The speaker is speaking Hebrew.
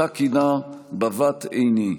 שאותה כינה "בבת עיני".